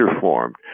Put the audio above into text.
formed